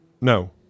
No